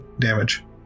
damage